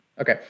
Okay